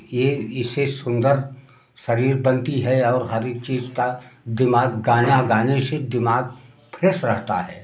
यह इसे सुन्दर शरीर बनती है और हर एक चीज़ का दिमाग गाना गाने से दिमाग फ्रेस रहता है